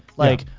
like,